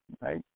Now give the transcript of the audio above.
right